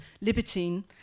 Libertine